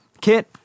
Kit